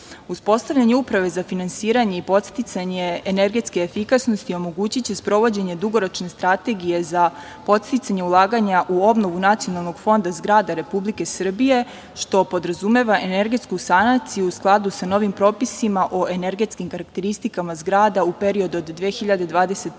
nivou. Uspostavljanje Uprave za finansiranje i podsticanje energetske efikasnosti omogućiće sprovođenje dugoročne strategije za podsticanje ulaganja u obnovu Nacionalnog fonda zgrada Republike Srbije, što podrazumeva energetsku sanaciju u skladu sa novim propisima o energetskim karakteristikama zgrada u periodu od 2021.